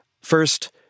First